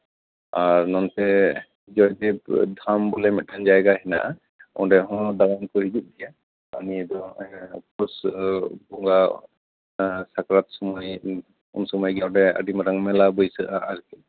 ᱟᱨ ᱱᱚᱱᱛᱮ ᱡᱚᱭᱫᱮᱵᱽ ᱫᱷᱟᱢ ᱵᱚᱞᱮ ᱢᱤᱫᱴᱮᱱ ᱡᱟᱭᱜᱟ ᱦᱮᱱᱟᱜᱼᱟ ᱚᱸᱰᱮ ᱦᱚᱸ ᱫᱟᱬᱟᱱ ᱠᱚ ᱦᱤᱡᱩᱜ ᱜᱮᱭᱟ ᱟᱨ ᱱᱤᱭᱟᱹ ᱫᱚ ᱦᱚᱸᱜᱼᱚᱭ ᱯᱳᱥ ᱵᱚᱸᱜᱟ ᱥᱟᱠᱨᱟᱛ ᱥᱚᱢᱚᱭ ᱩᱱ ᱥᱚᱢᱚᱭ ᱜᱮ ᱱᱚᱸᱰᱮ ᱟᱹᱰᱤ ᱢᱟᱨᱟᱝ ᱢᱮᱞᱟ ᱵᱟᱹᱭᱥᱟᱹᱜᱼᱟ ᱟᱨᱠᱤ